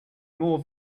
more